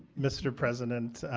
mr. president,